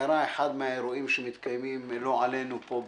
שקרה אחד מהאירועים שמתקיימים לא עלינו פה,